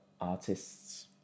artists